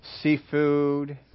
Seafood